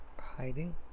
Hiding